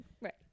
Right